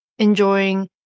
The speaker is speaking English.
Enjoying